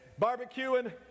barbecuing